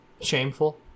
shameful